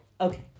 Okay